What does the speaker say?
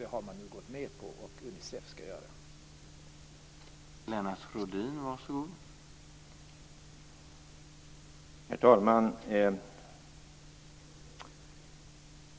Det har Nordkorea gått med på, och den skall